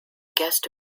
guest